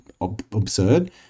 absurd